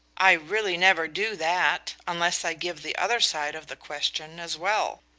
i really never do that, unless i give the other side of the question as well.